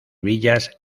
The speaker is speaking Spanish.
villas